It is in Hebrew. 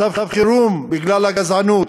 מצב חירום בגלל הגזענות,